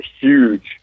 huge